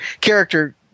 character